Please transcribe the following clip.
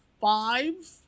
five